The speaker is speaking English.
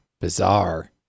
bizarre